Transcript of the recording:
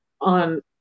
on